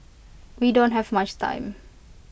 we don't have much time